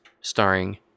starring